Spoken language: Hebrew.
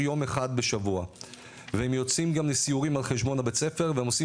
יום אחד בשבוע והם יוצאים גם לסיורים על חשבון הבית ספר והם עושים